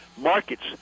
markets